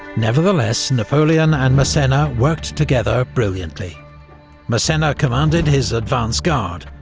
nevertheless, napoleon and massena worked together brilliantly massena commanded his advance guard,